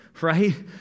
right